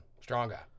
Stronger